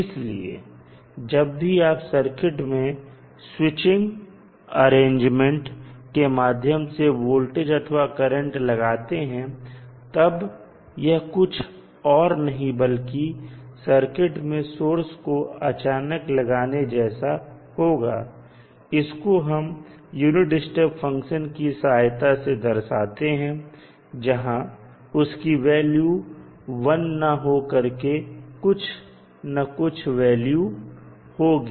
इसलिए जब भी आप सर्किट में स्विचिंग अरेंजमेंट के माध्यम से वोल्टेज अथवा करंट लगाते हैं तब यह कुछ और नहीं बल्कि सर्किट में सोर्स को अचानक लगाने जैसा होगा और इसको हम यूनिट स्टेप फंक्शन की सहायता से दर्शाते हैं जहां उसकी वैल्यू 1 ना हो करके कुछ वैल्यू होगी